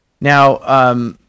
Now